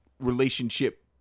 relationship